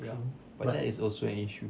ya but that is also an issue